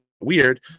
weird